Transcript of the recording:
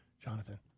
jonathan